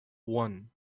one